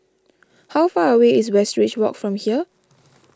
how far away is Westridge Walk from here